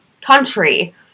country